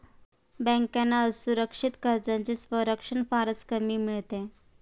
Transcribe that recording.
बँकांना असुरक्षित कर्जांचे संरक्षण फारच कमी मिळते